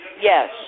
Yes